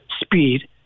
Speed